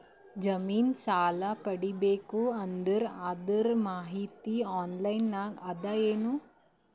ಜಮಿನ ಸಾಲಾ ಪಡಿಬೇಕು ಅಂದ್ರ ಅದರ ಮಾಹಿತಿ ಆನ್ಲೈನ್ ನಾಗ ಅದ ಏನು?